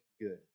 good